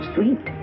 Sweet